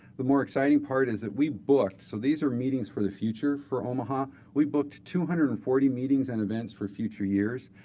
the more exciting part is that we booked so these are meetings for the future for omaha we booked two hundred and forty meetings and events for future years.